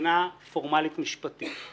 מבחינה פורמלית משפטית.